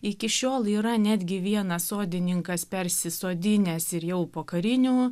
iki šiol yra netgi vienas sodininkas persisodinęs ir jau pokarinių